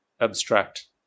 abstract